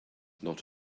not